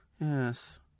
yes